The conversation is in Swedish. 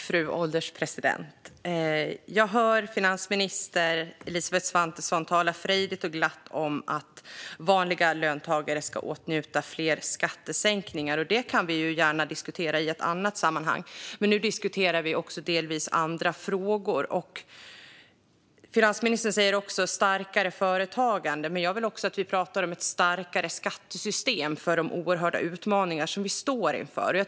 Fru ålderspresident! Jag hör finansminister Elisabeth Svantesson tala frejdigt och glatt om att vanliga löntagare ska åtnjuta fler skattesänkningar. Det kan vi gärna diskutera i ett annat sammanhang. Nu diskuterar vi delvis andra frågor. Finansministern talar om ett starkare förtagande. Jag vill att vi också talar om ett starkare skattesystem för de oerhörda utmaningar som vi står inför.